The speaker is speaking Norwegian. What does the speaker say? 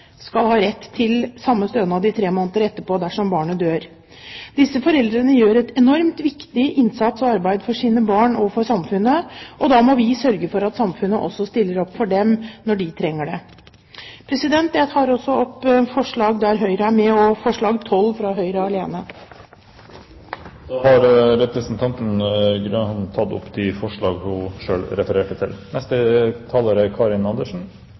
skal ha rett til samme stønad i tre måneder etterpå dersom barnet dør. Disse foreldrene gjør en enormt viktig innsats for sine barn og for samfunnet. Da må vi sørge for at samfunnet også stiller opp for dem, når de trenger det. Jeg tar opp forslag nr. 11 fra Høyre og Kristelig Folkeparti, og forslag nr. 12, fra Høyre alene. Representanten Sylvi Graham har tatt opp de forslagene hun refererte til. Dette er